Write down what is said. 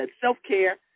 self-care